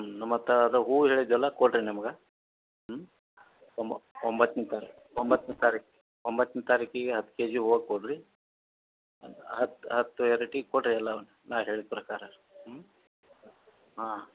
ನಮ್ಮತ್ತ ಅದು ಹೂ ಹೇಳಿದ್ದೆಲ್ಲ ಕೊಡಿರಿ ನಮ್ಗೆ ಹ್ಞೂ ಒಮ ಒಂಬತ್ತನೇ ತಾರೀಕು ಒಂಬತ್ತನೇ ತಾರೀಕು ಒಂಬತ್ತನೆ ತಾರಿಕಿಗೆ ಹತ್ತು ಕೆಜಿ ಹೂವು ಕೊಡಿರಿ ಹತ್ತು ಹತ್ತು ವೆರೈಟಿ ಕೊಡಿರಿ ಎಲ್ಲವ ನಾನು ಹೇಳಿದ ಪ್ರಕಾರ ಹ್ಞೂ ಹಾಂ